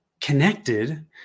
Connected